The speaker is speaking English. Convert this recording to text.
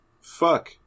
Fuck